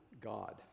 God